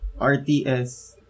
rts